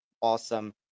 awesome